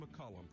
McCollum